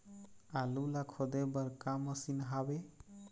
आलू ला खोदे बर का मशीन हावे?